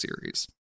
series